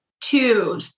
two